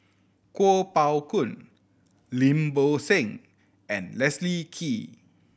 Kuo Pao Kun Lim Bo Seng and Leslie Kee